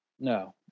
no